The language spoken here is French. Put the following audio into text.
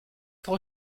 trop